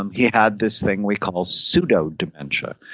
um he had this thing we call pseudodementia,